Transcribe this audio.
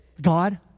God